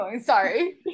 Sorry